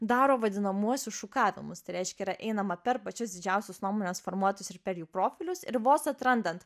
daro vadinamuosius šukavimus tai reiškia yra einama per pačius didžiausius nuomonės formuotojus ir per jų profilius ir vos atrandant